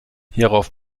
hierauf